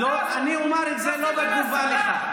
אני אומר את זה לא בתגובה לך.